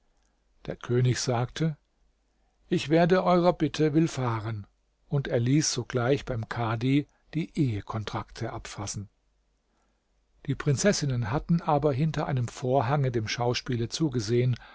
der könig sagte ich werde eurer bitte willfahren und er ließ sogleich beim kadi die ehe kontrakte abfassen die prinzessinnen hatten aber hinter einem vorhange dem schauspiele zugesehen